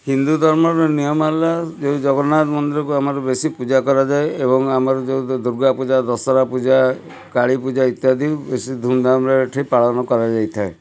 ହିନ୍ଦୁ ଧର୍ମର ନିୟମ ହେଲା ଯେଉଁ ଜଗନ୍ନାଥ ମନ୍ଦିରକୁ ଆମର ବେଶୀ ପୂଜା କରାଯାଏ ଏବଂ ଆମର ଯେଉଁ ଦୁର୍ଗା ପୂଜା ଦଶହରା ପୂଜା କାଳି ପୂଜା ଇତ୍ୟାଦି ବେଶୀ ଧୂମ୍ଧାମ୍ରେ ଏଠି ପାଳନ କରାଯାଇଥାଏ